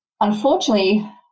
Unfortunately